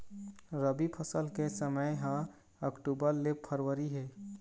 रबी फसल के समय ह अक्टूबर ले फरवरी हे